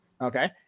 Okay